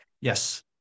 Yes